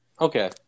Okay